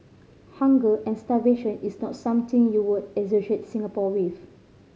hunger and starvation is not something you would associate Singapore with